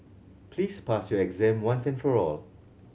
please pass your exam once and for all